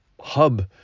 hub